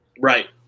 right